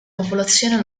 popolazione